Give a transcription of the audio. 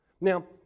Now